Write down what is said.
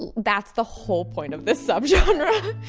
that's the whole point of this subgenre.